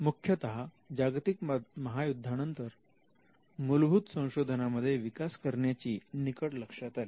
मुख्यतः जागतिक महायुद्धानंतर मूलभूत संशोधनामध्ये विकास करण्याची निकड लक्षात आली